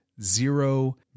Zero